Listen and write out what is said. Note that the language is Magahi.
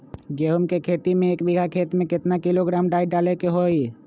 गेहूं के खेती में एक बीघा खेत में केतना किलोग्राम डाई डाले के होई?